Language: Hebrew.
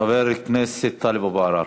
חבר הכנסת טלב אבו עראר.